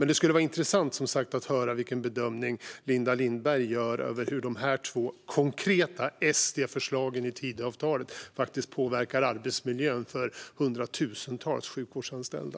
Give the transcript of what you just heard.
Det skulle vara intressant att höra vilken bedömning Linda Lindberg gör av hur de här två konkreta sverigedemokratiska förslagen i Tidöavtalet faktiskt påverkar arbetsmiljön för hundratusentals sjukvårdsanställda.